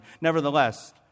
nevertheless